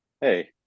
hey